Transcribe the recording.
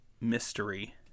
mystery